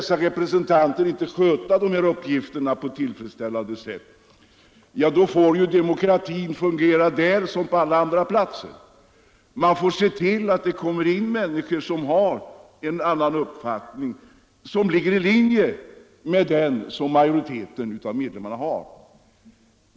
Skulle representanterna inte sköta dessa uppgifter på ett tillfredsställande sätt får demokratin fungera där som på alla andra platser: man får se till att det kommer in andra människor som har en annan uppfattning som ligger i linje med den som majoriteten av medlemmarna har.